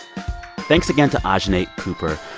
thanks again to ajahnay cooper.